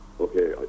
okay